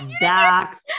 Back